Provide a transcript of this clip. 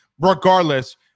Regardless